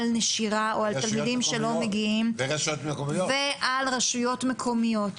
על נשירה או על תלמידים שלא מגיעים ועל רשויות מקומיות.